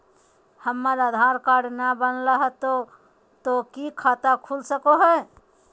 हमर आधार कार्ड न बनलै तो तो की खाता खुल सको है?